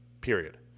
period